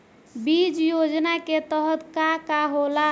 बीज योजना के तहत का का होला?